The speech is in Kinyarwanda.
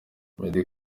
meddie